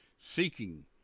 Seeking